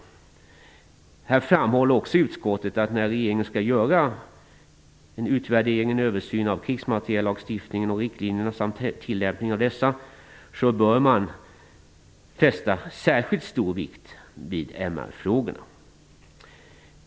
Utskottet framhåller att när regeringen skall göra en utvärdering och översyn av krigsmateriellagstiftningen och riktlinjerna samt tillämpningen av dessa, så bör man fästa särskilt stor vikt vid MR-frågorna.